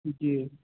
جی